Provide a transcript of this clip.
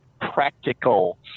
practical